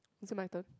is it my turn